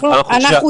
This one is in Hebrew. אנחנו